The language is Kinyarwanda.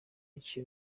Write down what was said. iki